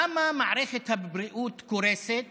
למה מערכת הבריאות קורסת